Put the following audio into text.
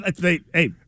Hey